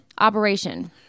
operation